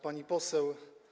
Pani Poseł!